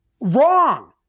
Wrong